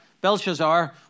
Belshazzar